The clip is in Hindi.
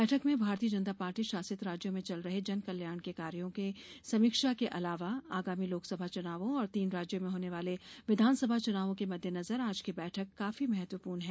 बैठक में भारतीय जनता पार्टी शासित राज्यों में चल रहे जन कल्याण के कार्यों की समीक्षा के अलावा आगामी लोकसभा चुनावों और तीन राज्यों में होने वाले विधानसभा चुनावों के मद्देनज़र आज की बैठक काफी महत्वपूर्ण है